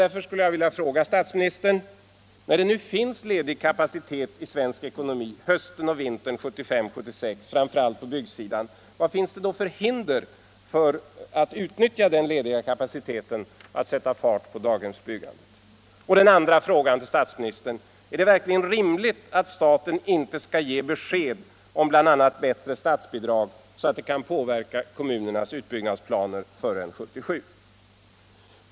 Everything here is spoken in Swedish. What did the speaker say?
När det nu finns ledig kapacitet i svensk ekonomi hösten och vintern 1975-1976, framför allt på byggsidan, vad finns det då för hinder att utnyttja den för att sätta fart på daghemsbyggandet? 2. Är det verkligen rimligt att staten inte skall ge besked om bl.a. bättre statsbidrag som påverkar kommunernas utbyggnadsplaner förrän 1977?